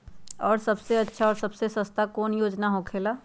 आ सबसे अच्छा और सबसे सस्ता कौन योजना होखेला किसान ला?